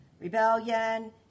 rebellion